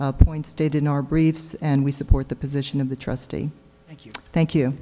point stayed in our briefs and we support the position of the trustee thank you